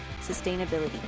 sustainability